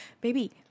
baby